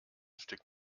stück